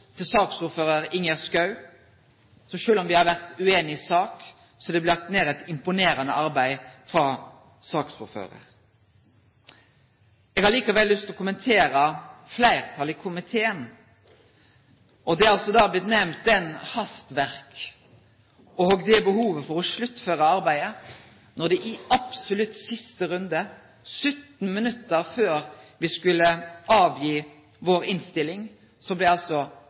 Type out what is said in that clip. til saksordfører Ingjerd Schou. Selv om vi har vært uenige i sak, er det blitt lagt ned et imponerende arbeid fra saksordføreren. Jeg har også lyst til å kommentere flertallet i komiteen. Det er blitt nevnt hastverk og behov for å sluttføre arbeidet. Men i absolutt siste runde – 17 minutter før vi skulle avgi vår innstilling – ble altså